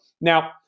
Now